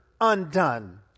undone